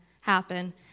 happen